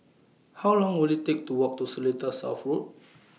How Long Will IT Take to Walk to Seletar South Road